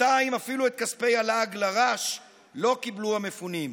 בינתיים אפילו את כספי הלעג לרש לא קיבלו המפונים.